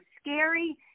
scary